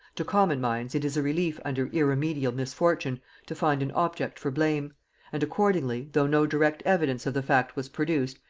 to common minds it is a relief under irremediable misfortune to find an object for blame and accordingly, though no direct evidence of the fact was produced,